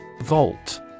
Vault